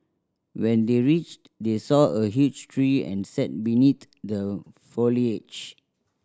when they reached they saw a huge tree and sat beneath the foliage